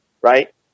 right